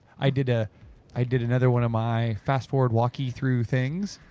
i did, ah i did another one of my fast forward walky through things.